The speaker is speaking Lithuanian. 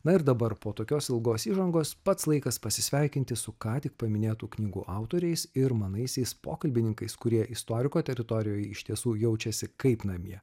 na ir dabar po tokios ilgos įžangos pats laikas pasisveikinti su ką tik paminėtų knygų autoriais ir manaisiais pokalbininkais kurie istoriko teritorijoje iš tiesų jaučiasi kaip namie